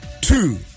two